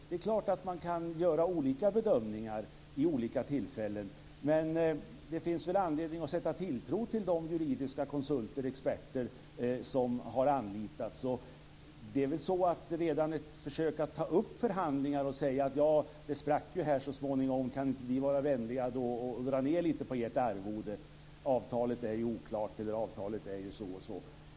Det är klart att man kan göra olika bedömningar vid olika tillfällen, men det finns väl anledning att sätta tilltro till de juridiska konsulter, de experter, som har anlitats. Man ska komma ihåg en sak om detta att försöka ta upp förhandlingar och säga: Det sprack ju här så småningom, kan ni inte vara vänliga att dra ned lite på ert arvode? Avtalet är ju oklart, avtalet är ju så och så.